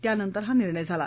त्यानंतर हा निर्णय झाला